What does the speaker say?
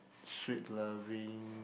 straight loving